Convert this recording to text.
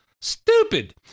Stupid